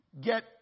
get